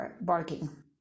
barking